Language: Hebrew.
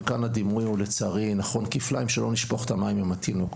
וכאן הדימוי לצערי הוא נכון כפליים שלא נשפוך את המים עם התינוק.